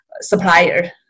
supplier